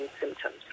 symptoms